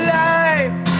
life